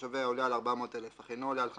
תושביה עולה על 400,000 אך אינו עולה על 500,000,